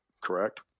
correct